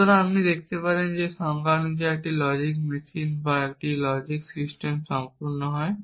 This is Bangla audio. সুতরাং আপনি দেখতে পারেন যে সংজ্ঞা অনুসারে একটি লজিক মেশিন বা একটি লজিক সিস্টেম সম্পূর্ণ হয়